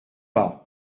pas